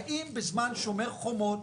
האם בזמן "שומר חומות"